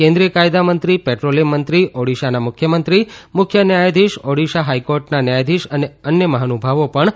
કેન્દ્રીય કાયદા મંત્રી પેટ્રોલીયમ મંત્રી ઓડીશાના મુખ્યમંત્રી મુખ્ય ન્યાયાધીશ ઓડીશા હાઇકોર્ટના ન્યાયાધીશ અને અન્ય મહાનુભાવો પણ હાજર રહેશે